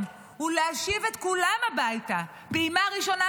הוא להשיב את כולם הביתה, פעימה ראשונה,